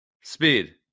Speed